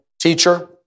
teacher